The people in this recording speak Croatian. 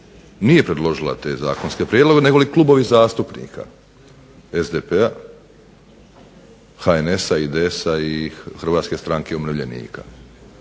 nije predložila te zakonske prijedloge nego klubovi zastupnika SDP-a, HNS-a, IDS-a i Hrvatske stranke umirovljenika,